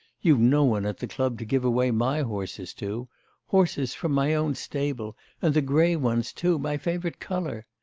you've no one at the club to give away my horses to horses from my own stable and the grey ones too! my favourite colour.